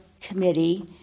committee